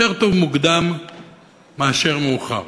יותר טוב מוקדם מאשר מאוחר.